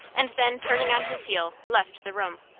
and then, turning on his heel, left the room.